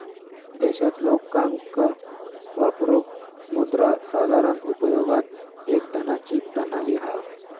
देशात लोकांका वापरूक मुद्रा साधारण उपयोगात एक धनाची प्रणाली हा